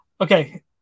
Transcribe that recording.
Okay